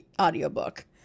audiobook